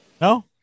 No